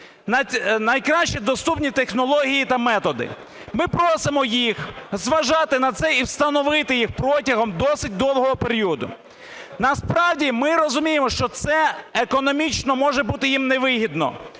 Найкращі доступні технології та методи. Ми просимо їх зважати на це і встановити їх протягом досить довгого періоду. Насправді ми розуміємо, що це економічно може бути їм не вигідно,